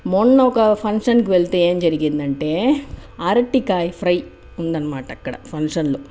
మొన్న ఒక ఫంక్షన్కి వెళ్తే ఏం జరిగింది అంటే అరటికాయ ఫ్రై ఉది అనమాట అక్కడ ఫంక్షన్లో